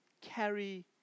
carry